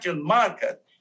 market